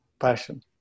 passion